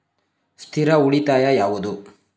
ಸ್ಥಿರ ಉಳಿತಾಯ ಯಾವುದು?